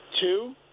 Two